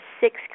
six